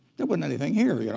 there wasn't anything here, yeah